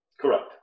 Correct